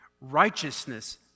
Righteousness